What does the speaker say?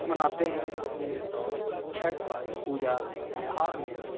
مناتے ہیں اپنے چھٹ پوجا بہار میں